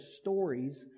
stories